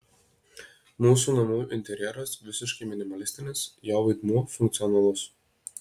mūsų namų interjeras visiškai minimalistinis jo vaidmuo funkcionalus